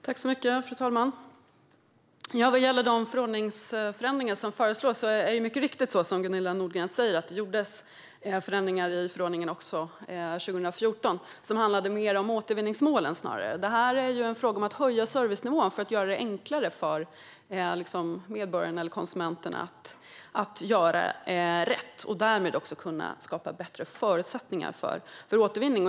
Fru talman! Vad gäller de förordningsförändringar som föreslås är det mycket riktigt så som Gunilla Nordgren säger. Förändringar gjordes i förordningen även 2014. De handlade snarare om återvinningsmålen. Här handlar det om att höja servicenivån för att göra det enklare för medborgarna eller konsumenten att göra rätt och därmed skapa bättre förutsättningar för återvinning.